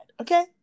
okay